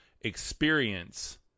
experience